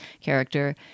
character